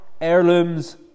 heirlooms